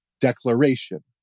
declaration